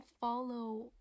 follow